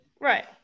Right